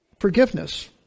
forgiveness